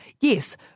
Yes